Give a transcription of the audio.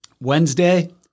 Wednesday